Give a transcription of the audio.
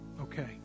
okay